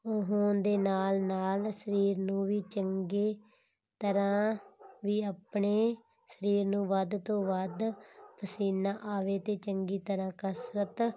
ਹੋਣ ਦੇ ਨਾਲ ਨਾਲ ਸਰੀਰ ਨੂੰ ਵੀ ਚੰਗੇ ਤਰ੍ਹਾਂ ਵੀ ਆਪਣੇ ਸਰੀਰ ਨੂੰ ਵੱਧ ਤੋਂ ਵੱਧ ਪਸੀਨਾ ਆਵੇ ਅਤੇ ਚੰਗੀ ਤਰ੍ਹਾਂ ਕਸਰਤ